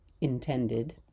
intended